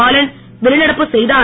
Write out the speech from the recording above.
பாலன் வெளிநடப்பு செய்தார்